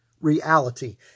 reality